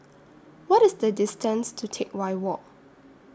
What IS The distance to Teck Whye Walk